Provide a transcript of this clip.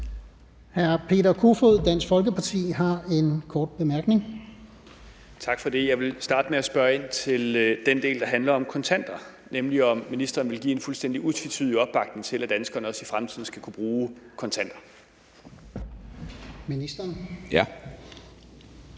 Hr. Peter Kofod, Dansk Folkeparti, har en kort bemærkning. Kl. 15:24 Peter Kofod (DF): Tak for det. Jeg vil starte med at spørge ind til den del, der handler om kontanter, nemlig om ministeren vil give en fuldstændig utvetydig opbakning til, at danskerne også i fremtiden skal kunne bruge kontanter. Kl.